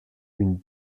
une